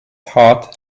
heart